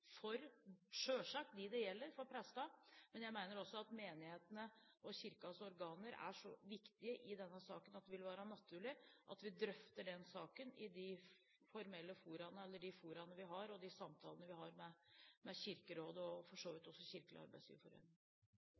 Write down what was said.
for – selvsagt – dem det gjelder, prestene, men jeg mener at også menighetene og Kirkens organer er så viktige i denne saken at det ville være naturlig å drøfte den saken i de foraene vi har, og de samtalene vi har med Kirkerådet, og for så vidt også med Kirkelig